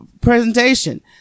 presentation